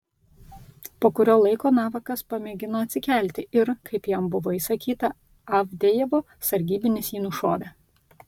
po kurio laiko navakas pamėgino atsikelti ir kaip jam buvo įsakyta avdejevo sargybinis jį nušovė